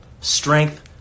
strength